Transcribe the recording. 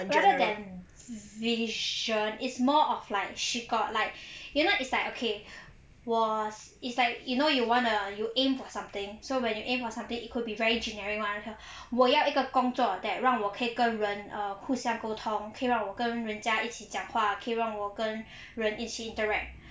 rather than vision it's more of like she got like you know it's like okay 我 it's like you know you want to aim for something so when you aim for something it could be very generic [one] like 我要一个工作 that 让我可以跟人 err 互相沟通可以让我跟人家一起讲话可以让我跟人一起 interact